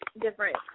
different